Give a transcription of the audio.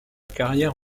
carrière